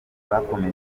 bakomeje